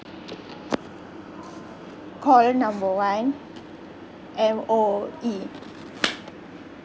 call number one M_O_E